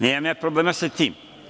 Nemam ja problema sa tim.